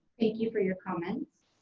thank you for your comments.